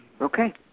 Okay